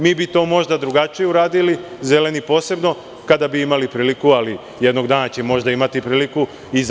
Mi bi to možda drugačije uradili, zeleni posebno, kada bi imali priliku, ali jednoga dana će možda imati priliku.